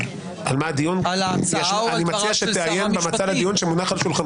על ההצעה או על דבריו של שר המשפטים?